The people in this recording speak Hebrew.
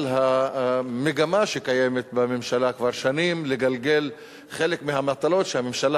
המגמה שקיימת בממשלה כבר שנים לגלגל חלק מהמטלות שהממשלה